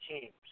teams